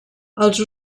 els